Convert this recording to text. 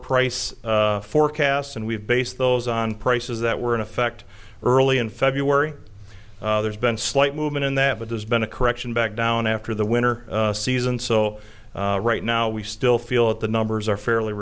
price forecasts and we've based those on prices that were in effect early in february there's been slight movement in that but there's been a correction back down after the winter season so right now we still feel that the numbers are fairly